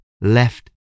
left